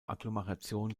agglomeration